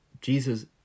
Jesus